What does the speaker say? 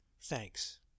thanks